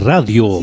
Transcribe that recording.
Radio